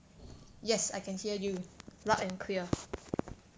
yes I can hear you loud and clear